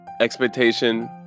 expectation